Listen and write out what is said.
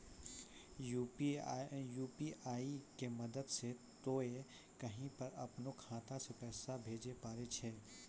UPI के मदद से तोय कहीं पर अपनो खाता से पैसे भेजै पारै छौ